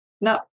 No